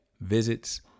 visits